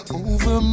over